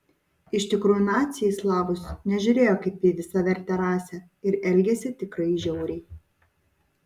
iš tikrųjų naciai į slavus nežiūrėjo kaip į visavertę rasę ir elgėsi tikrai žiauriai